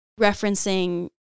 referencing